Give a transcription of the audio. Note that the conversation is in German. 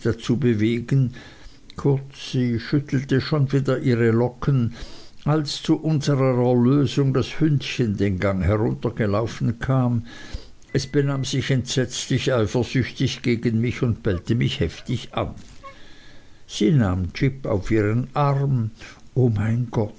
dazu bewegen kurz sie schüttelte schon wieder ihre locken als zu unserer erlösung das hündchen den gang heruntergelaufen kam es benahm sich entsetzlich eifersüchtig gegen mich und bellte mich heftig an sie nahm jip auf ihren arm o mein gott